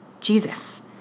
Jesus